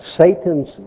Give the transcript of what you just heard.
Satan's